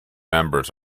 members